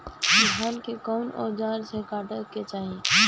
धान के कउन औजार से काटे के चाही?